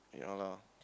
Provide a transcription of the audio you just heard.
ya lah